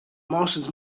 martians